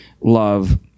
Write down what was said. love